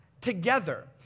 together